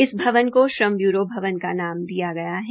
इस भवन को श्रम ब्यूरो भवन का नाम दिया गया है